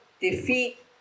defeat